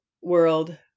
world